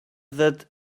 that